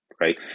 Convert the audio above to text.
right